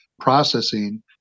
processing